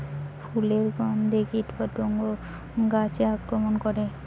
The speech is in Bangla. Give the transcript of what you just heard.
ফুলের গণ্ধে কীটপতঙ্গ গাছে আক্রমণ করে?